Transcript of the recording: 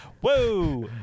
whoa